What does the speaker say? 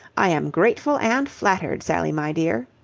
i am grateful and flattered. sally, my dear.